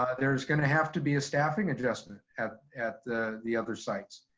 ah there's gonna have to be a staffing adjustment at at the the other sites.